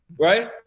right